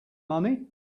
money